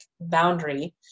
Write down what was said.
boundary